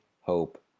hope